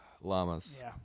Llamas